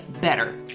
better